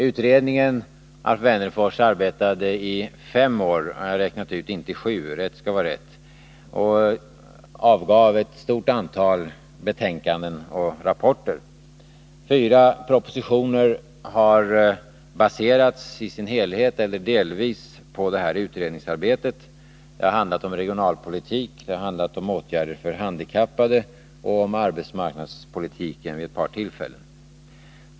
Utredningen arbetade, Alf Wennerfors, i fem år — jag har räknat ut att det inte var sju år. Rätt skall vara rätt. Utredningen avgav ett stort antal betänkanden och rapporter. Fyra propositioner har baserats i sin helhet eller delvis på den här utredningens arbete. Det har handlat om regionalpolitik, om åtgärder för handikappade och om arbetsmarknadspolitiken vid ett par tillfällen.